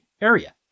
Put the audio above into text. area